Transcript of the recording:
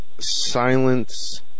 Silence